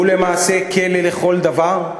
שהוא למעשה כלא לכל דבר,